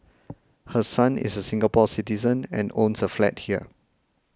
her son is a Singapore Citizen and owns a flat here